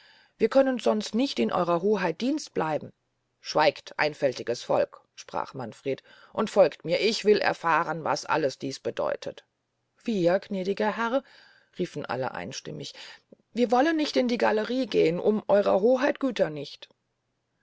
wir können sonst nicht in ihrer hoheit diensten bleiben schweigt einfältiges volk sprach manfred und folgt mir ich will erfahren was alles dies bedeutet wir gnädiger herr riefen alle einstimmig wir wollen nicht in die gallerie gehn um ihrer hoheit güter nicht